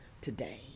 today